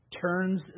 turns